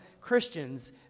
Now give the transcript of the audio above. Christians